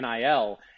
NIL